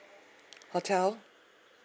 hotel